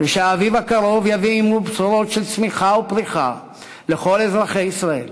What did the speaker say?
ושהאביב הקרוב יביא עמו בשורות של צמיחה ופריחה לכל אזרחי ישראל.